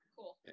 Cool